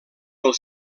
pel